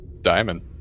diamond